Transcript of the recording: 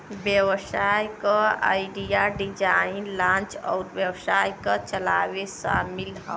व्यवसाय क idea, design, launch अउर व्यवसाय क चलावे शामिल हउवे